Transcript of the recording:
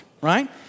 right